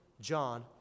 John